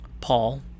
Paul